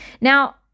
now